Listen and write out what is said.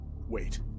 Wait